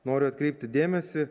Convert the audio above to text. noriu atkreipti dėmesį